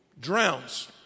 drowns